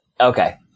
okay